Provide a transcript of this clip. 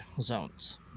zones